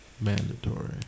mandatory